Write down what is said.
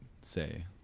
say